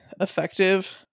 effective